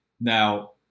Now